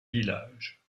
village